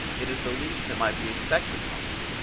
it is the least that might be expected from them,